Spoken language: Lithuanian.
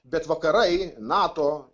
bet vakarai nato